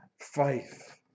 faith